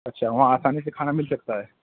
اچھا وہاں آسانی سے کھانا مل سکتا ہے